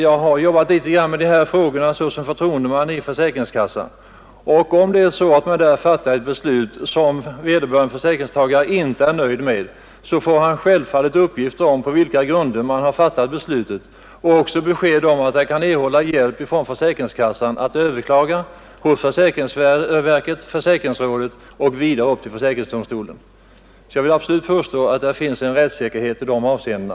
Jag har arbetat med dessa frågor som förtroendeman i försäkringskassan, och jag vet att man, om man där fattar ett beslut som vederbörande försäkringstagare inte är nöjd med, självfallet meddelar denne på vilka uppgifter man har fattat beslutet och även att hjälp kan erhållas från försäkringskassan vid överklagande hos riksförsäkringsverket, försäkringsrådet och slutligen försäkringsdomstolen. Jag vill därför absolut påstå att det föreligger rättssäkerhet i dessa avseenden.